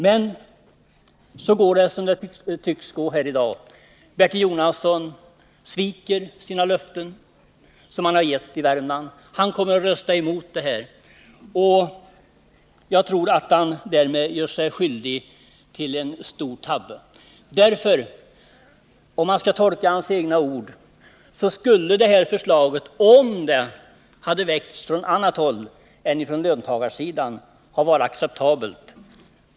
Men så går det som det tycks gå här i dag: Bertil Jonasson sviker sina löften som han gett i Värmland. Han kommer att rösta emot detta förslag. Jag tror att han därmed gör sig skyldig till en stor tabbe. Om man skall tolka hans egna ord skulle det här förslaget, om det hade väckts från annat håll än från löntagarsidan, ha varit acceptabelt.